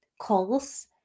calls